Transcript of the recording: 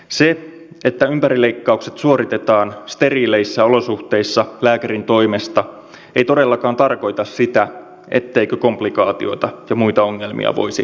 se että ympärileikkaukset suoritetaan steriileissä olosuhteissa lääkärin toimesta ei todellakaan tarkoita sitä etteikö komplikaatiota ja muita ongelmia voisi ilmetä